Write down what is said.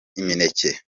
imineke